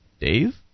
Dave